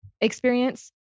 experience